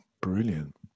brilliant